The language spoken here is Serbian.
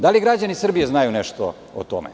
Da li građani Srbije znaju nešto o tome?